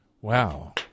Wow